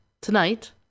tonight